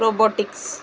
robotics